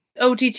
Ott